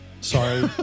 sorry